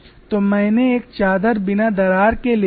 तो मैंने एक चादर बिना दरार के ले ली है